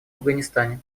афганистане